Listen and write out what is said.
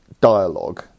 dialogue